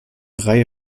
reihe